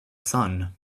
sun